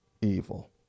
evil